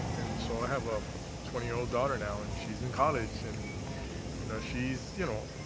and so i have a twenty year old daughter now and she is in college. and you know she is, you know,